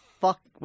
fuck